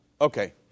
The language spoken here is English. okay